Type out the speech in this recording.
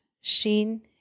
Shin